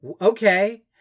Okay